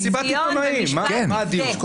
על מסיבת העיתונאים, על מה הדיון?